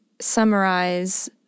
summarize